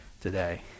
today